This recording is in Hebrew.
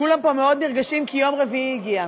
כולם פה מאוד נרגשים, כי יום רביעי הגיע.